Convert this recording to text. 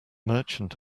merchant